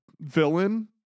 villain